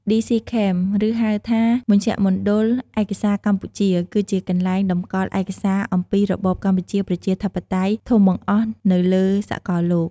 ឌីសុី ខេម DC-Cam ឬ ហៅថា មជ្ឈមណ្ឌលឯកសារកម្ពុជា គឺជាកន្លែងតម្កល់ឯកសារអំពីរបបកម្ពុជាប្រជាធិបតេយ្យធំបង្អស់នៅលើសកលលោក។